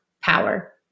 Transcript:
power